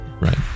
Right